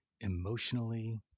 emotionally